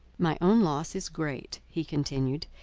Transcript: my own loss is great, he continued,